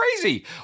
crazy